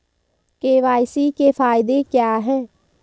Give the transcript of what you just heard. KYC के फायदे क्या है?